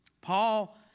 Paul